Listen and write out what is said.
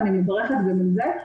ואני מברכת גם על זה.